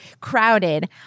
crowded